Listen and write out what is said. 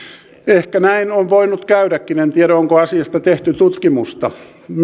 ehkä näin on voinut käydäkin en tiedä onko asiasta tehty tutkimusta